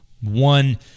one